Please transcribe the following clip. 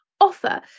offer